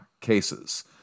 cases